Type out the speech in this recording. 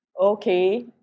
Okay